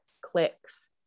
clicks